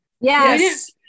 Yes